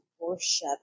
worship